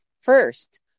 First